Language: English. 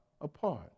apart